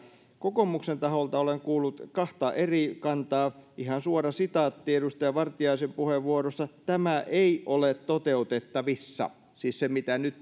kokoomuksen taholta olen kuullut kahta eri kantaa ihan suora sitaatti edustaja vartiaisen puheenvuorosta tämä ei ole toteutettavissa siis se mitä nyt